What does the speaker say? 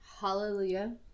Hallelujah